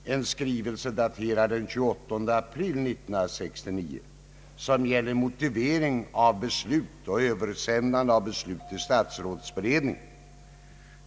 Den gäller motivering av beslut och översändande av besluten till statsrådsberedningen.